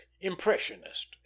impressionist